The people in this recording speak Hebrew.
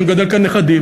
אני מגדל כאן נכדים,